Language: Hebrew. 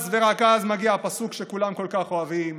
אז ורק אז מגיע הפסוק שכולם כל כך אוהבים: